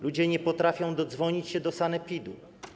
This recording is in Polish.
Ludzie nie potrafią dodzwonić się do sanepidu.